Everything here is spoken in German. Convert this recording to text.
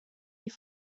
die